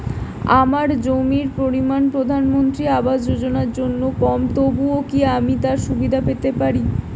আমার জমির পরিমাণ প্রধানমন্ত্রী আবাস যোজনার জন্য কম তবুও কি আমি তার সুবিধা পেতে পারি?